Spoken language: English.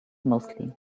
mostly